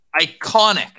iconic